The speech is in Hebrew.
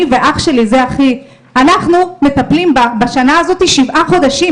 אני ואח שלי מטפלים בשנה הזאת שבעה חודשים.